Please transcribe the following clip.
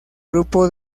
grupo